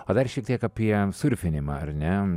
o dar šiek tiek apie surfinimą ar ne